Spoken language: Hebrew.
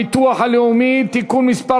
הביטוח הלאומי (תיקון מס'